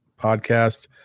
podcast